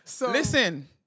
Listen